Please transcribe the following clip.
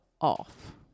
off